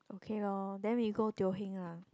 okay lor then we go Teo-Heng ah